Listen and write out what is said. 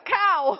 cow